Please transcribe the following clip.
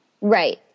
Right